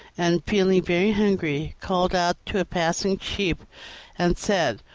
and, feeling very hungry, called out to a passing sheep and said,